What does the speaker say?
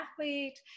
athlete